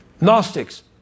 Gnostics